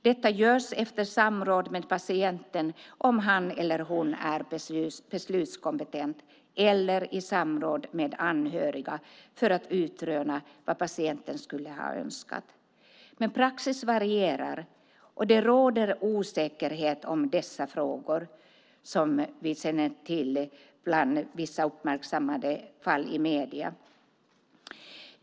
Detta görs efter samråd med patienten om han eller hon är beslutskompetent eller i samråd med anhöriga för att utröna vad patienten skulle ha önskat. Men praxis varierar, och det råder osäkerhet om dessa frågor, vilket också vissa fall som uppmärksammats i medierna vittnar om.